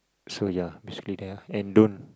so ya basically there ah and don't